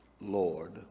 Lord